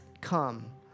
come